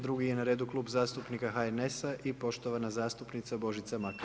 Drugi je na redu Klub zastupnika HNS-a i poštovana zastupnica Božica Makar.